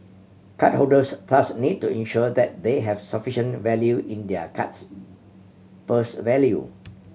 card holders thus need to ensure that they have sufficient value in their card's purse value